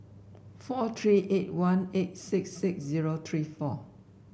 four three eight one eight six six zero three four